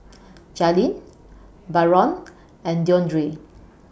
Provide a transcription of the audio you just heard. Jailyn Byron and Deondre